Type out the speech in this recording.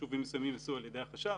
שחישובים מסוימים ייעשו על ידי החשב,